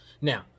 Now